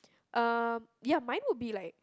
um ya mine would be like